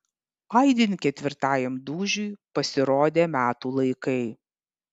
aidint ketvirtajam dūžiui pasirodė metų laikai